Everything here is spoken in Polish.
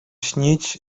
śnić